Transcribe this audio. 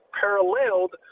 paralleled